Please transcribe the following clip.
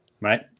right